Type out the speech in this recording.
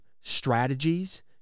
strategies